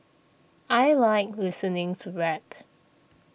I like listening to rap